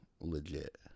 legit